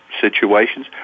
situations